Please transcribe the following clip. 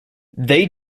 they